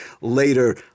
later